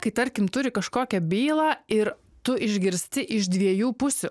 kai tarkim turi kažkokią bylą ir tu išgirsti iš dviejų pusių